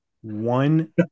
One